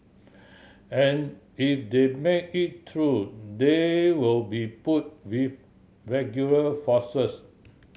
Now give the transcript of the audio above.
and if they make it through they will be put with regular forces